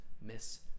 miss